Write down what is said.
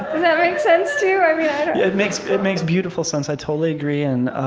that make sense to you? it makes it makes beautiful sense. i totally agree. and